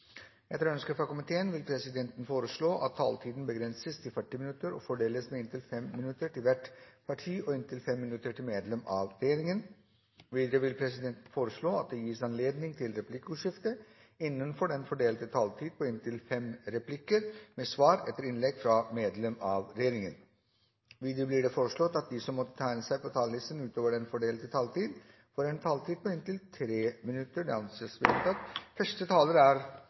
Etter ønske fra finanskomiteen vil presidenten foreslå at taletiden begrenses til 40 minutter og fordeles med inntil 5 minutter til hvert parti og inntil 5 minutter til medlem av regjeringen. Videre vil presidenten foreslå at det gis anledning til replikkordskifte på inntil fem replikker med svar etter innlegg fra medlem av regjeringen innenfor den fordelte taletid. Videre blir det foreslått at de som måtte tegne seg på talerlisten utover den fordelte taletid, får en taletid på inntil 3 minutter. – Det anses vedtatt.